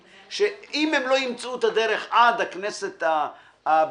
שאם הם לא ימצאו את הדרך עד הכנסת הבאה